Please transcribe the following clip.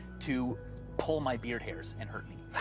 to pull my beard hairs and hurt me.